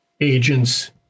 agents